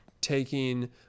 taking